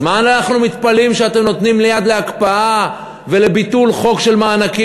אז מה אנחנו מתפלאים שאתם נותנים יד להקפאה ולביטול חוק של מענקים,